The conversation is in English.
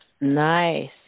Nice